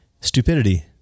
Stupidity